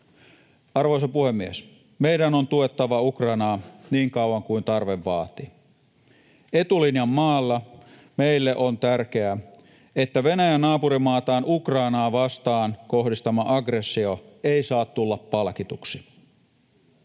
Arvoisa puhemies! Meidän on tuettava Ukrainaa niin kauan kuin tarve vaatii. Etulinjan maana meille on tärkeää, että Venäjän naapurimaataan Ukrainaa vastaan kohdistama aggressio ei saa tulla palkituksi.